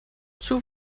zur